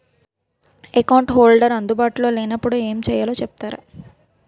Account holder అందు బాటులో లే నప్పుడు ఎం చేయాలి చెప్తారా?